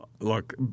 Look